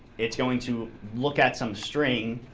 it's going to look at some string,